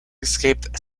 escaped